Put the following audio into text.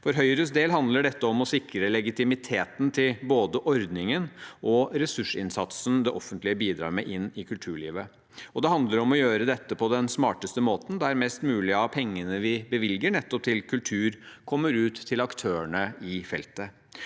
For Høyres del handler dette om å sikre legitimiteten til både ordningen og ressursinnsatsen det offentlige bidrar med inn i kulturlivet, og det handler om å gjøre det på den smarteste måten, der mest mulig av pengene vi bevilger nettopp til kultur, kommer ut til aktørene i feltet.